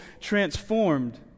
transformed